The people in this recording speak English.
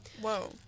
whoa